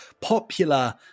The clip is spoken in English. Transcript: popular